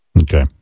Okay